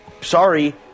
sorry